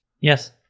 Yes